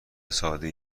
سادهای